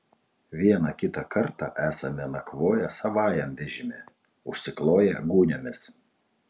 vieną kitą kartą esame nakvoję savajam vežime užsikloję gūniomis